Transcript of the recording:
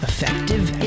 Effective